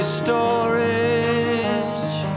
storage